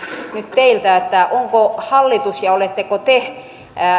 teiltä onko hallitus ja oletteko te